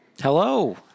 Hello